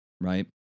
right